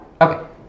Okay